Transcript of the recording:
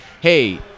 hey